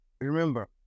Remember